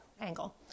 angle